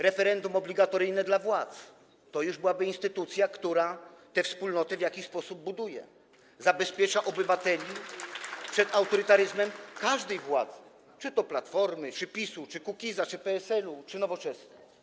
Referendum obligatoryjne dla władz - to już byłaby instytucja, która tę wspólnotę w jakiś sposób buduje, zabezpiecza obywateli przed autorytaryzmem każdej władzy, czy to Platformy, czy PiS-u, czy Kukiza, czy PSL-u, czy Nowoczesnej.